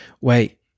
Wait